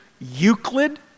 Euclid